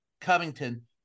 Covington